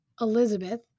Elizabeth